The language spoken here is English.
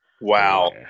Wow